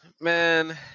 Man